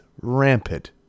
rampant